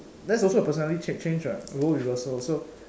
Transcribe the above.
that's also a personality change change [what] role reversal so